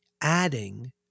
adding